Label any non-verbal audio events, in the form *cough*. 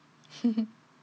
*laughs*